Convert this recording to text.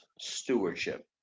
stewardship